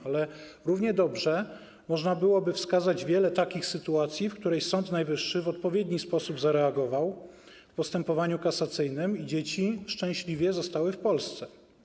Ale równie dobrze można byłoby wskazać wiele takich sytuacji, w których Sąd Najwyższy w odpowiedni sposób zareagował w postępowaniu kasacyjnym i dzieci szczęśliwie zostały w Polsce.